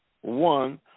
one